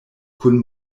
kun